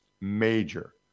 Major